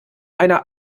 einer